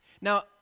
Now